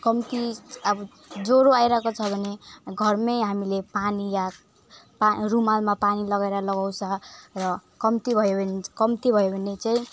कम्ती आब ज्वरो आइरहेको छ भने घरमै हामीले पानी या पा रुमालमा पानी लगाएर लगाउँछ र कम्ती भयो भने कम्ती भयो भने चाहिँ